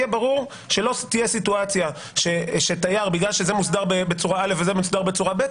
שלא תהיה סיטואציה שתייר בגלל שזה מוסדר בצורה א' וזה בצורה ב',